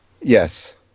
Yes